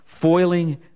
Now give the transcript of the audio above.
foiling